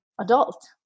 adult